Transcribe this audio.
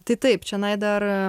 tai taip čionai dar